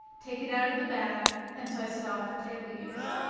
take it out of the bag, and slice it off for table use.